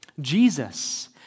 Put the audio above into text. Jesus